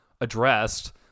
addressed